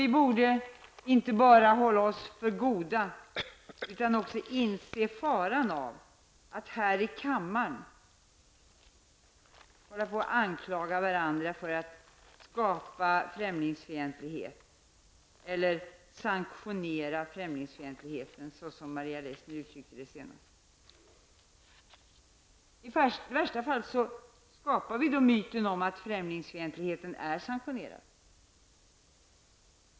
Vi borde inte hålla oss för goda utan också inse faran i att här i kammaren hålla på att anklaga varandra för att skapa främlingsfientlighet eller att sanktionera främlingsfientlighet, såsom Maria Leissner uttryckte det senast. I värsta fall skapar vi myten att främlingsfientlighet är sanktionerad.